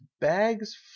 bags